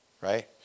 right